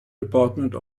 department